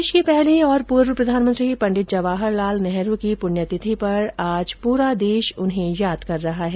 देश के पहले और पूर्व प्रधानमंत्री पंडित जवाहर लाल नेहरू की पुण्यतिथि पर आज पूरा देश उन्हें याद कर रहा हैं